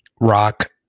rock